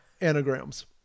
anagrams